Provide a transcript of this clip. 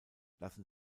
lassen